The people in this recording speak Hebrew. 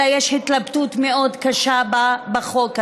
אלא יש התלבטות מאוד קשה בחוק הזה: